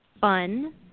fun